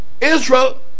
Israel